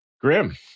grim